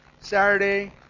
Saturday